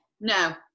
No